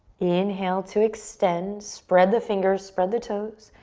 inhale to extend, spread the fingers, spread the toes.